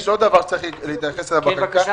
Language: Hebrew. יש עוד דבר שצריך להתייחס אליו בחקיקה.